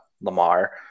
Lamar